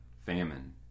Famine